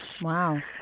wow